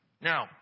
Now